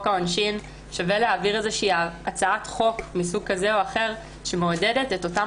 העונשין שווה להעביר איזושהי הצעת חוק שמעודדת את אותן